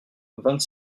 vingt